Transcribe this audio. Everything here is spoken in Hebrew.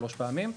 שלוש פעמים,